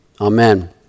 Amen